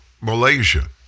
Malaysia